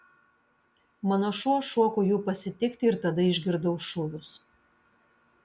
mano šuo šoko jų pasitikti ir tada išgirdau šūvius